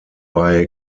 bei